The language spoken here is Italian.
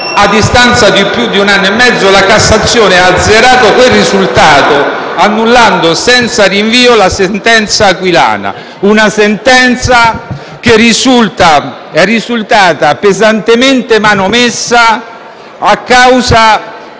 A distanza di più di un anno e mezzo, la Cassazione ha azzerato quel risultato, annullando senza rinvio la sentenza aquilana; una sentenza che è risultata pesantemente manomessa a causa